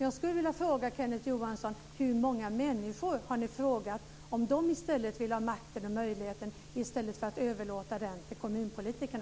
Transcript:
Jag skulle vilja fråga Kenneth Johansson: Hur många människor har ni frågat om de vill ha makten och möjligheterna i stället för att överlåta dem till kommunpolitikerna?